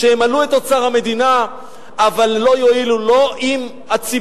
שימלאו את אוצר המדינה אבל לא יועילו: לא לציבור,